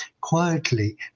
quietly